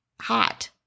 hot